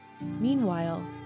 Meanwhile